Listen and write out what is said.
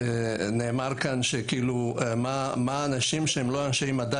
עלתה השאלה מה אנשים שהם אינם אנשי מדע